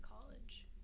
college